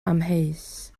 amheus